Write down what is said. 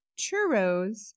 churros